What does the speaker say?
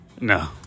No